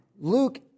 Luke